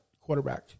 quarterback